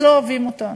אז לא אוהבים אותנו,